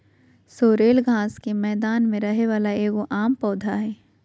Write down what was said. sorrel घास के मैदान में रहे वाला एगो आम पौधा हइ